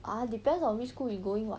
ah depends on which school you going [what]